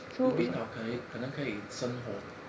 ubin 岛可以可能生火